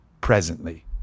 presently